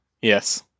yes